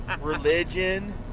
Religion